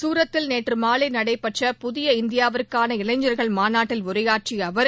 சூரத்தில் நேற்று மாலை நடைபெற்ற புதிய இந்தியாவுக்கான இளைஞர்கள் மாநாட்டில் உரையாற்றிய அவர்